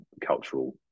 cultural